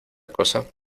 cosa